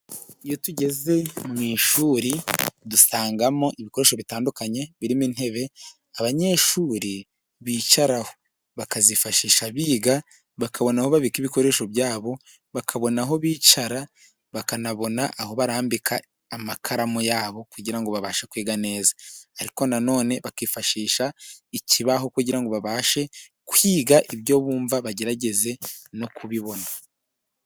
Iyo tugeze mu ishuri dusangamo ibikoresho bitandukanye birimo intebe abanyeshuri bicaraho bakazifashisha biga, bakabona aho babika ibikoresho byabo, bakabona aho bicara, bakanabona aho barambika amakaramu yabo kugira ngo babashe kwiga neza. Ariko nanone bakifashisha ikibaho kugira ngo babashe kwiga ibyo bumva bagerageze no kubibona.